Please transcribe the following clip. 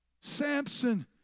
Samson